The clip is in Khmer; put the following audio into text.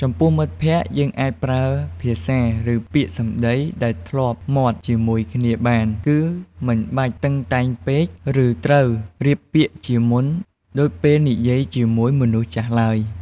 ចំពោះមិត្តភក្តិ យើងអាចប្រើភាសា ឬពាក្យសម្ដីដែលធ្លាប់មាត់ជាមួយគ្នាបាន គឺមិនបាច់តឹងតែងពេក ឬត្រូវរៀបពាក្យជាមុនដូចពេលនិយាយជាមួយមនុស្សចាស់ឡើយ។